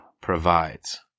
provides